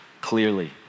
clearly